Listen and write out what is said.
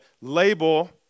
label